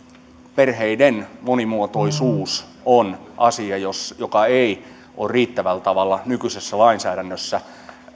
perheiden monimuotoisuus on asia joka ei ole riittävällä tavalla nykyisessä lainsäädännössä